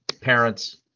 parents